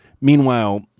meanwhile